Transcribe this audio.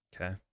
Okay